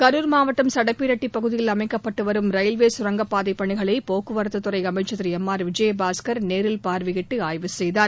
கரூர் மாவட்டம் சணப்பிரட்டி பகுதியில் அமைக்கப்பட்டுவரும் ரயில்வே சுரங்கப் பாதை பணிகளை போக்குவரத்துத் துறை அமைச்ச் திரு எம் ஆர் விஜயபாஸ்கள் நேரில் பார்வையிட்டு ஆய்வு செய்தார்